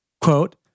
Quote